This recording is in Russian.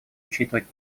учитывать